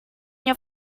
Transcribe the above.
your